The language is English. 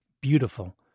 beautiful